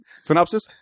Synopsis